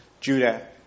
Judah